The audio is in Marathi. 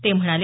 ते म्हणाले